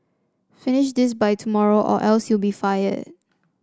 finish this by tomorrow or else you'll be fired